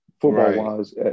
football-wise